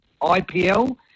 IPL